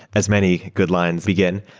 as many good lines begin.